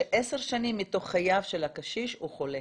שעשר שנים מתוך חייו של הקשיש הוא חולה.